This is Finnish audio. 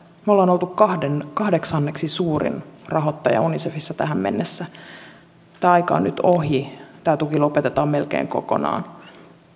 me olemme olleet kahdeksanneksi suurin rahoittaja unicefissä tähän mennessä tämä aika on nyt ohi tämä tuki lopetetaan melkein kokonaan